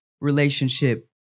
relationship